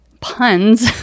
puns